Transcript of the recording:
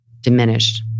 diminished